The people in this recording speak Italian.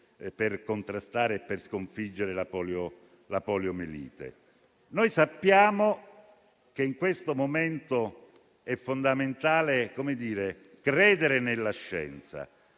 per contrastarle e sconfiggerle. Sappiamo che in questo momento è fondamentale credere nella scienza,